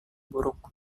buruk